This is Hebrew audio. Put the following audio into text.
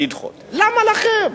למה לכם?